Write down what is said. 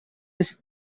his